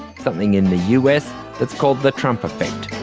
something in the us that is called the trump effect.